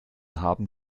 haben